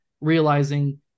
realizing